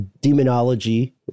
demonology